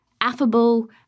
affable